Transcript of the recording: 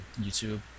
YouTube